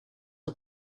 was